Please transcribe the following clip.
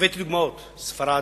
הבאתי דוגמאות: ספרד,